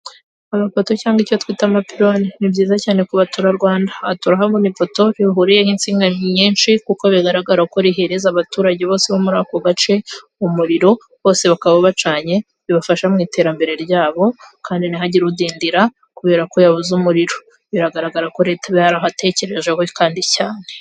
Amapoto cyangwa icyo kitwa amapironi, ni byiza cyane ku batura Rwanda, aha turahabona ipoto rihurira insinga nyinshi, kuko bigaragara ko rihereza abaturage bo muri ako gace umuriro, bose bakaba bacanye bibafasha mu iterambere ryabo kandi ntihagire undindira kubera ko yabuze umuriro, biragaragara ko leta iba yarabatekereje ho kandi cyane.